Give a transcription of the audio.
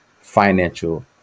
financial